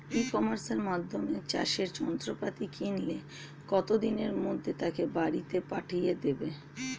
ই কমার্সের মাধ্যমে চাষের যন্ত্রপাতি কিনলে কত দিনের মধ্যে তাকে বাড়ীতে পাঠিয়ে দেবে?